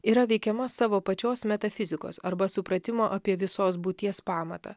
yra veikiama savo pačios metafizikos arba supratimo apie visos būties pamatą